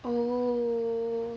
oo